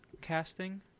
casting